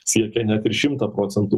siekia net ir šimtą procentų